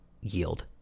yield